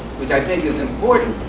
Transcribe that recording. which i think is important.